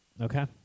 Okay